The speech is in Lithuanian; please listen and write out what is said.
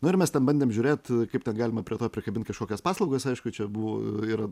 nu ir mes bandėm žiūrėti kaip ten galima prie to prikabinti kažkokias paslaugas aišku čia buvo ir